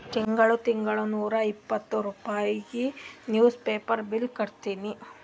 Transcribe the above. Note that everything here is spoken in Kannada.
ತಿಂಗಳಾ ತಿಂಗಳಾ ನೂರಾ ಐವತ್ತ ರೂಪೆ ನಿವ್ಸ್ ಪೇಪರ್ ಬಿಲ್ ಕಟ್ಟತ್ತಿನಿ